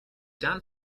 dan